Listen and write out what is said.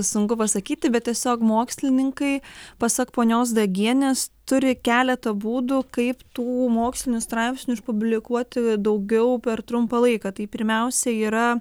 sunku pasakyti bet tiesiog mokslininkai pasak ponios dagienės turi keletą būdų kaip tų mokslinių straipsnių išpublikuoti daugiau per trumpą laiką tai pirmiausia yra